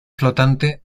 flotante